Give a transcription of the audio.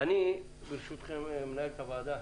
מנהלת הוועדה,